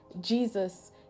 Jesus